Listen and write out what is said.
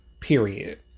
Period